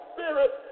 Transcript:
Spirit